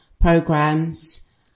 programs